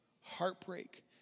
heartbreak